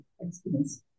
experience